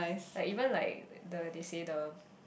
like even like the they say the